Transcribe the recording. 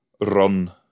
Run